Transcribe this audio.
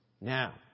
Now